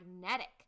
magnetic